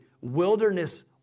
wilderness